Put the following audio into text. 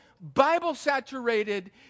Bible-saturated